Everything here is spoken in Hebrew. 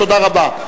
תודה רבה.